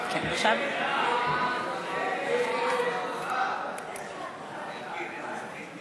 להסיר מסדר-היום את הצעת חוק לתיקון פקודת